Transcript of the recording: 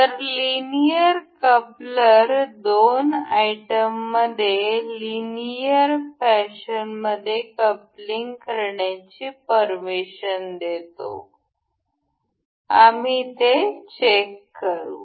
तर linear coupler दोन आयटममध्ये लिनियर फॅशनमध्ये कपलिंग करण्याची परमिशन देतो आम्ही ते चेक करू